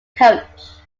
coach